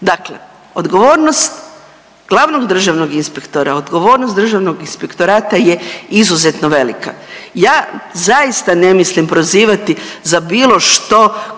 Dakle, odgovornost glavnog državnog inspektora, odgovornost Državnog inspektorata je izuzetno velika. Ja zaista ne mislim prozivati za bilo što,